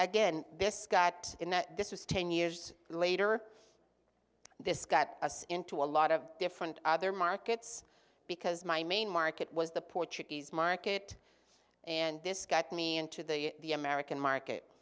again this guy that this was ten years later this got us into a lot of different other markets because my main market was the portuguese market and this got me into the american market